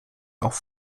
auf